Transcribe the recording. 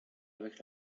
avec